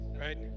right